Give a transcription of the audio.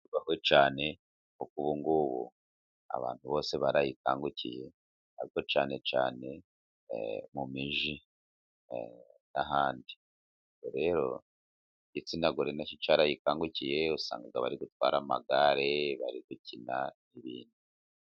Cyane Kuko ubu ngubu abantu bose barayikangukiye ariko cyane cyane mu mijyi n'ahandi, rero igitsina gore na cyo cyarayikangukiye, usanga bari gutwara amagare bari gukina ibintu.